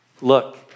Look